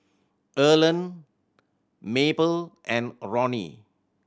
Erland Mabel and Roni